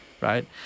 Right